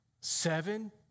Seven